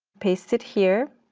paste it here.